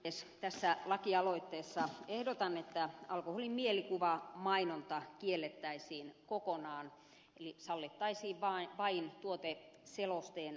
tässä lakialoitteessa ehdotan että alkoholin mielikuvamainonta kiellettäisiin kokonaan eli sallittaisiin vain tuoteselosteen kaltainen mainonta